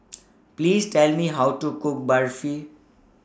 Please Tell Me How to Cook Barfi